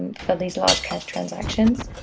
for these large cash transactions.